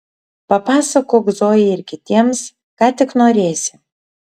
papasakok zojai ir kitiems ką tik norėsi